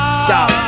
stop